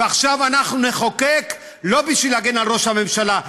ועכשיו אנחנו נחוקק לא בשביל להגן על ראש הממשלה,